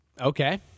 Okay